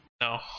no